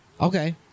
Okay